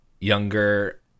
younger